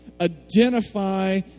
identify